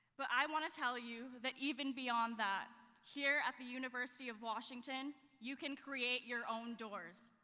but i want to tell you that even beyond that, here at the university of washington, you can create your own doors.